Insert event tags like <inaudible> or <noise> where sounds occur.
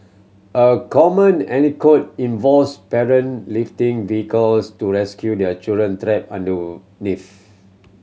a common <unintelligible> involves parent lifting vehicles to rescue their children trapped underneath